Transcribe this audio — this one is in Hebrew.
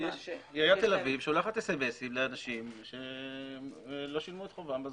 עיריית תל אביב שולחת סמ"סים לאנשים שלא שילמו חובם בזמן.